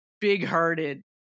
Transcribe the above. big-hearted